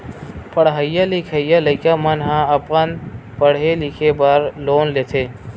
पड़हइया लिखइया लइका मन ह अपन पड़हे लिखे बर लोन लेथे